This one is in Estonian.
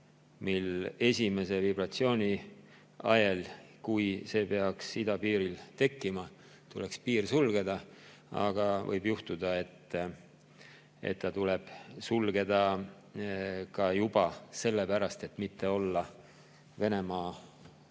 mil esimese vibratsiooni ajel, kui see peaks idapiiril tekkima, tuleks piir sulgeda. Aga võib juhtuda, et ta tuleb sulgeda ka juba sellepärast, et mitte olla Venemaa